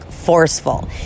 Forceful